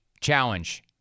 challenge